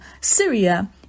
Syria